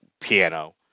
piano